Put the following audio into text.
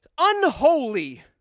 unholy